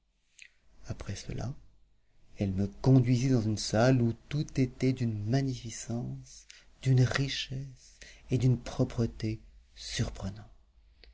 après cela elle me conduisit dans une salle où tout était d'une magnificence d'une richesse et d'une propreté surprenantes